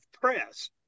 press